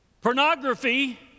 Pornography